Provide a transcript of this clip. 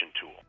tool